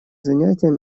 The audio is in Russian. занятием